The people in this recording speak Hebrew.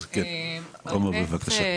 בבקשה.